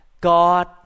God